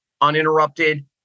uninterrupted